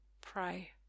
pray